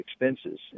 expenses